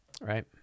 right